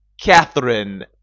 Catherine